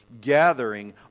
gathering